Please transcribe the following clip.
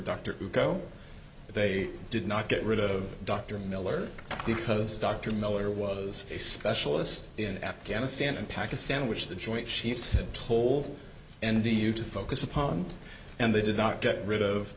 dr who go they did not get rid of dr miller because dr miller was a specialist in afghanistan and pakistan which the joint chiefs told andy you to focus upon and they did not get rid of